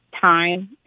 time